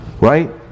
Right